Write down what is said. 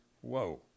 Whoa